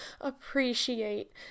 appreciate